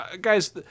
Guys